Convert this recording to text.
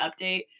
update